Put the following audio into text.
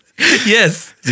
Yes